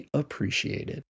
appreciated